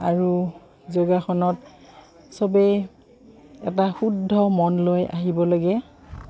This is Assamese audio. আৰু যোগাসনত চবেই এটা শুদ্ধ মন লৈ আহিব লাগে